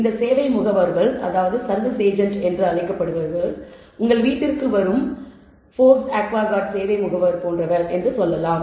இந்த சேவை முகவர்கள் உங்கள் வீட்டிற்கு வரும் ஃபோர்ப்ஸ் அக்வாகார்ட் சேவை முகவர் போன்றவர் என்று சொல்லலாம்